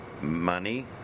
money